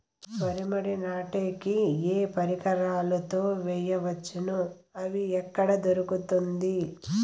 వరి మడి నాటే కి ఏ పరికరాలు తో వేయవచ్చును అవి ఎక్కడ దొరుకుతుంది?